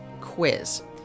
quiz